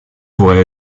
pourrait